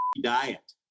diet